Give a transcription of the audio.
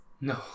No